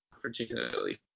particularly